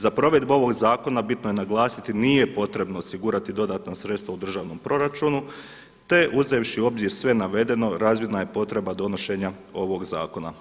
Za provedbu ovog zakona bitno je naglasiti nije potrebno osigurati dodatna sredstva u državnom proračunu, te uzevši u obzir sve navedeno razvidna je potreba donošenja ovog zakona.